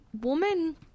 woman